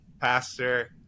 Pastor